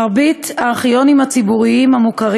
מרבית הארכיונים הציבוריים המוכרים